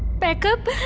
pack up